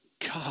God